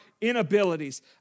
inabilities